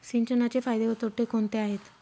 सिंचनाचे फायदे व तोटे कोणते आहेत?